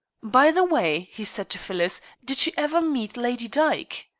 by the way, he said to phyllis, did you ever meet lady dyke?